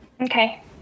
Okay